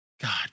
god